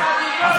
ממשלה,